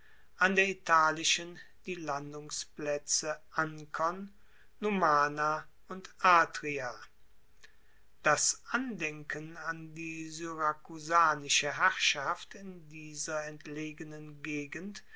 an der italischen die landungsplaetze ankon numana und atria das andenken an die syrakusanische herrschaft in dieser entlegenen gegend